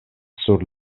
sur